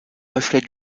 reflet